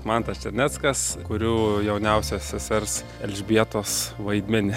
mantas černeckas kuriu jauniausios sesers elžbietos vaidmenį